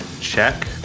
check